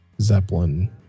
Zeppelin